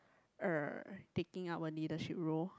uh taking up a leadership role